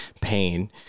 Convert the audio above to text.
pain